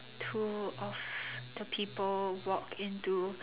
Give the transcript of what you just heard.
two of two people walk into